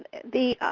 the,